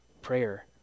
Prayer